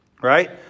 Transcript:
right